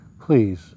Please